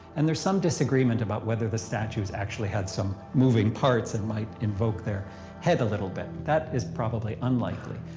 and there's some disagreement about whether the statues actually had some moving parts that and might invoke their head a little bit. that is probably unlikely.